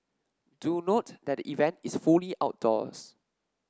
do note that the event is fully outdoors